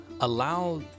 allow